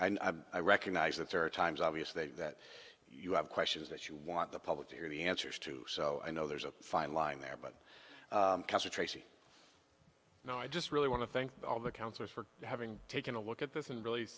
me i recognize that there are times obvious that you have questions that you want the public to hear the answers to so i know there's a fine line there but tracy you know i just really want to thank all the counselors for having taken a look at this and really